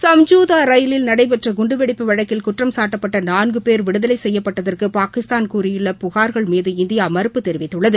சம்ஜோதா ரயிலில் நடைபெற்ற குண்டு வெடிப்பு வழக்கில் குற்றம் சாட்டப்பட்ட நான்கு போ் விடுதலை செய்யப்பட்டதற்கு பாகிஸ்தான் கூறியுள்ள புகாா்கள் மீது இந்தியா மறுப்பு தெரிவித்துள்ளது